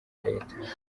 leta